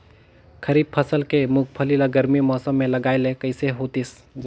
खरीफ फसल के मुंगफली ला गरमी मौसम मे लगाय ले कइसे होतिस?